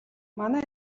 манай